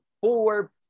four